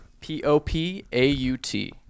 P-O-P-A-U-T